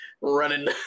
running